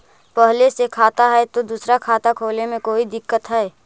पहले से खाता है तो दूसरा खाता खोले में कोई दिक्कत है?